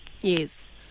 Yes